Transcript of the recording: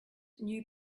knew